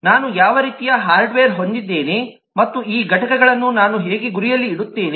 ನಾನು ಯಾವ ರೀತಿಯ ಹಾರ್ಡ್ವೇರ್ ಹೊಂದಿದ್ದೇನೆ ಮತ್ತು ಈ ಘಟಕಗಳನ್ನು ನಾನು ಹೇಗೆ ಗುರಿಯಲ್ಲಿ ಇಡುತ್ತೇನೆ